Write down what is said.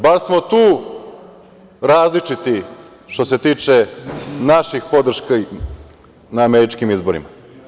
Bar smo tu različiti, što se tiče podrške na američkim izborima.